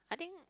I think